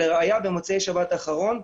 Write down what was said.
לראיה במוצאי שבת האחרונה,